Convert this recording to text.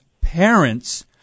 parents